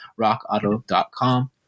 rockauto.com